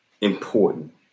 important